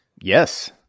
Yes